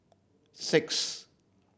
six